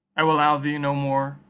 i will allow thee no more,